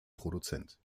produzent